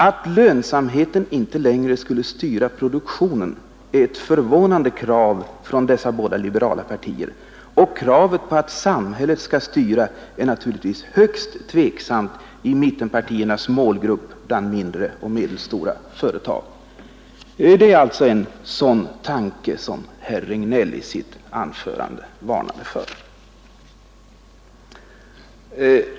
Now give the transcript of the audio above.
Att lönsamheten inte längre skulle styra produktionen är ett förvånande krav från dessa båda liberala partier, och kravet på att samhället skall styra är naturligtvis högst tveksamt i mittenpartiernas målgrupp bland mindre och medelstora företag. Det är alltså en sådan tanke som herr Regnéll i sitt anförande varnade för.